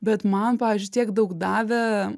bet man pavyzdžiui tiek daug davė